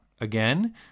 again